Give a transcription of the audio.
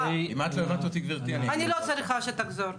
אבל קודם כל את ה'רשאי', זה צריך להיות חייב.